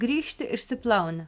grįžti išsiplauni